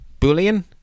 Boolean